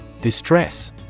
Distress